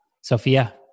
Sophia